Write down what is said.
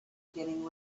getting